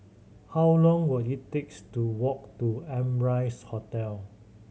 how long will it takes to walk to Amrise Hotel